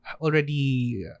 already